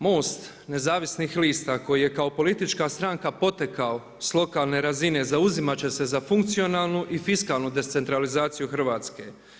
MOST nezavisnih lista koji je kao politička stranka potekao s lokalne razine zauzimat će se za funkcionalnu i fiskalnu decentralizaciju Hrvatske.